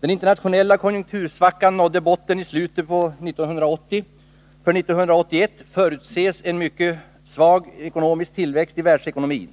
Den internationella konjunktursvackan nådde botten i slutet på 1980. För 1981 förutses en mycket svag tillväxt i världsekonomin.